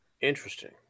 interesting